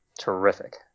terrific